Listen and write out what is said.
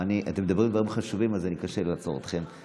נושאים חשובים וקשה לי לעצור אתכם.